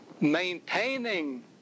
maintaining